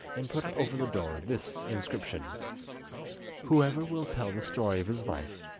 and put over the door this inscription whoever will tell the story of his life,